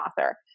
author